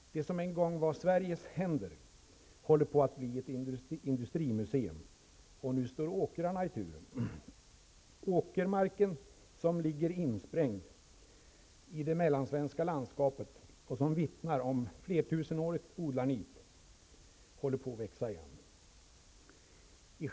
Det som en gång var Sveriges händer håller på att bli ett industrimuseum, och nu står åkrarna i tur. Åkermarken, som ligger insprängd i det mellansvenska landskapet och som vittnar om fler tusenårigt odlarnit, håller på att växa igen.